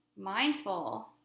mindful